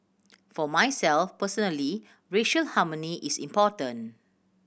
for myself personally racial harmony is important